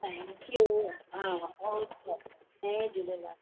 thank you हा okay जय झूलेलाल